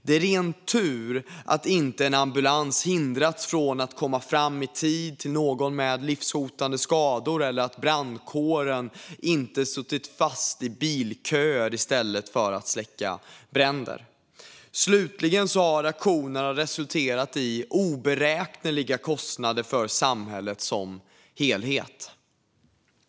Det är ren tur att en ambulans inte hindrats från att komma fram i tid till någon med livshotande skador eller att brandkåren inte suttit fast i bilköer i stället för att släcka bränder. Vidare har aktionerna resulterat i oberäkneliga kostnader för samhället som helhet.